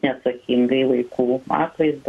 neatsakingai vaikų atvaizdą